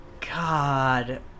God